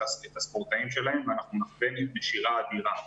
הספורטאים שלהם ואנחנו נחווה נשירה אדירה.